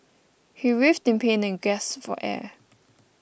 he writhed in pain and gasped for air